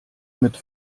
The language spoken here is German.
mit